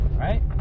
right